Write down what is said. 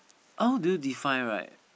how do you define right